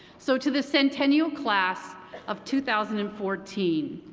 so to the centennial class of two thousand and fourteen,